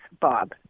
Bob